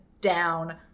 down